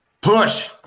Push